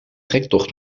trektocht